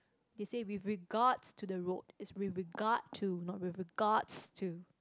they say with regards to the road is with regard to not with regards to